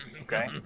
Okay